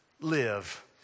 Live